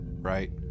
right